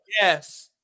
Yes